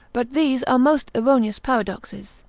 but these are most erroneous paradoxes,